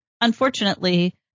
unfortunately